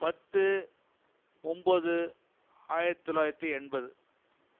பத்து ஒம்பது ஆயிரத்தி தொள்ளாயிரத்தி எண்பது